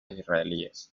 israelíes